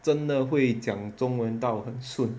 真的会讲中文到顺